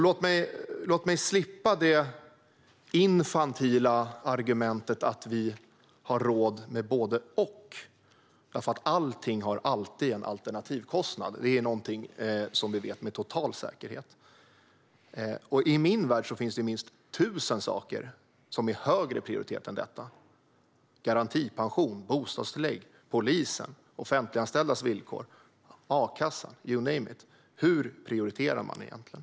Låt mig slippa det infantila argumentet att vi har råd med både och. Allting har alltid en alternativkostnad. Det är någonting som vi vet med total säkerhet. I min värld finns det säkert tusen saker som är högre prioriterade än detta: garantipension, bostadstillägg, polisen, offentliganställdas villkor, a-kassan, you name it. Hur prioriterar man egentligen?